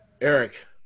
Eric